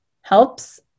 helps